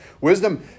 Wisdom